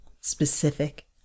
specific